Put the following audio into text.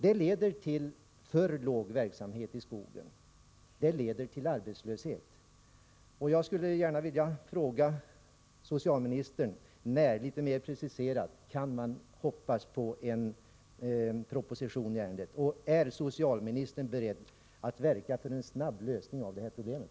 Det leder till för låg verksamhet i skogen; det